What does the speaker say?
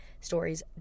Stories